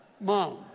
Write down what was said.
Mom